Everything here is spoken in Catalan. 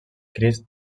crist